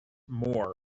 more